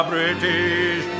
British